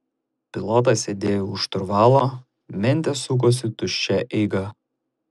pilotas sėdėjo už šturvalo mentės sukosi tuščia eiga